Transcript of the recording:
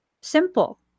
Simple